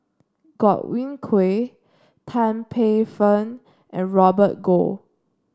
Godwin Koay Tan Paey Fern and Robert Goh